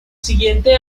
siguiente